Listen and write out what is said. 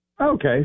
Okay